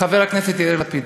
חבר הכנסת יאיר לפיד.